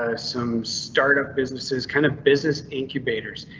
ah some start-up businesses kind of business incubators.